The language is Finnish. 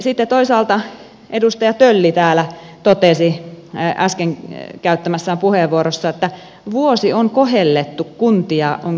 sitten toisaalta edustaja tölli täällä totesi äsken käyttämässään puheenvuorossa että vuosi on kohellettu kuntia on kiusattu